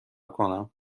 کنم